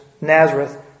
Nazareth